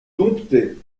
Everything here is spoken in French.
domptait